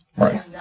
Right